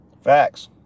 Facts